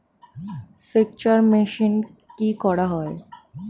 সেকচার মেশিন কি করা হয়?